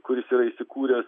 kuris yra įsikūręs